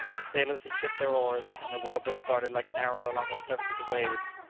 the sailors had shipped their oars, and the whale-boat darted like an arrow along the surface of the waves.